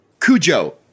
Cujo